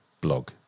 blog